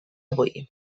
avui